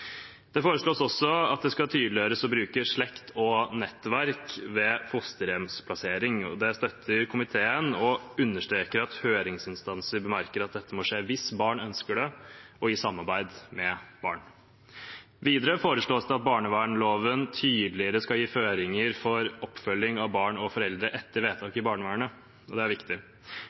Det foreslås også at det skal tydeliggjøres å bruke slekt og nettverk ved fosterhjemsplassering. Det støtter komiteen og understreker at høringsinstanser bemerker at dette må skje hvis barnet ønsker det, og i samarbeid med barnet. Videre foreslås det at barnevernsloven tydeligere skal gi føringer for oppfølging av barn og foreldre etter vedtak i barnevernet. Dette er viktig.